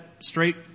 straight